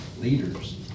leaders